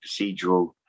procedural